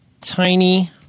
Tiny